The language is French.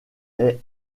est